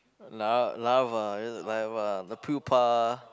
la~ larva like what the pupa